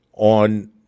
on